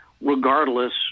regardless